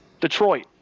detroit